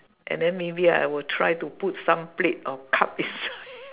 and then maybe I will try put some plate or cup inside